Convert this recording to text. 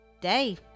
day